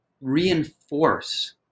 reinforce